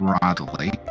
broadly